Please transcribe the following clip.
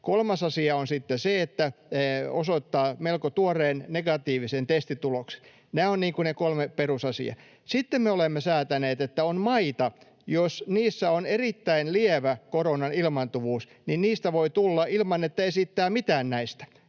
Kolmas asia on sitten se, että osoittaa melko tuoreen negatiivisen testituloksen. Nämä ovat ne kolme perusasiaa. Sitten me olemme säätäneet, että maista, joissa on erittäin lievä koronan ilmaantuvuus, voi tulla ilman, että esittää mitään näistä,